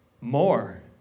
more